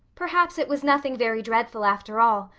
perhaps it was nothing very dreadful after all.